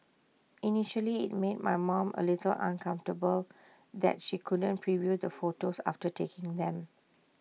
initially IT made my mom A little uncomfortable that she couldn't preview the photos after taking them